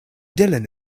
dylan